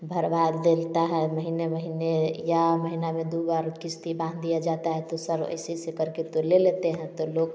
भरवा देता है महीने महीने या महीना में दो बार किश्त बांध दिया जाता है तो सर एसे एसे करके तो ले लेते हैं तो लोग